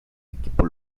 equipo